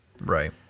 Right